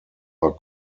are